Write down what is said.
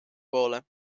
poole